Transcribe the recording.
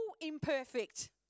imperfect